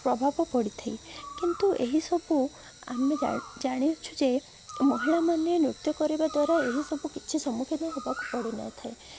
ପ୍ରଭାବ ପଡ଼ିଥାଏ କିନ୍ତୁ ଏହିସବୁ ଆମେ ଜାଣ ଜାଣିଛୁ ଯେ ମହିଳାମାନେ ନୃତ୍ୟ କରିବା ଦ୍ୱାରା ଏହିସବୁ କିଛି ସମ୍ମୁଖୀନ ହବାକୁ ପଡ଼ିନଥାଏ